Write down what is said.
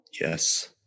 Yes